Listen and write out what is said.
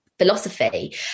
philosophy